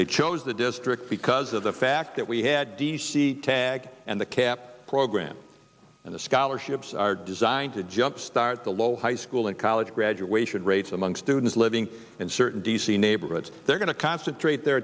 they chose the district because of the fact that we had d c tag and the cap program and the scholarships are designed to jumpstart the low high school and college graduation rates among students living in certain d c neighborhoods they're going to concentrate their